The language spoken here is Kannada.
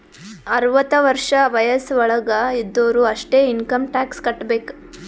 ಅರ್ವತ ವರ್ಷ ವಯಸ್ಸ್ ವಳಾಗ್ ಇದ್ದೊರು ಅಷ್ಟೇ ಇನ್ಕಮ್ ಟ್ಯಾಕ್ಸ್ ಕಟ್ಟಬೇಕ್